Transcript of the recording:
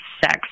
sex